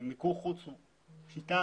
מיקור חוץ זו שיטה